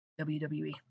WWE